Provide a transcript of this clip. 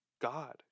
God